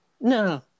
No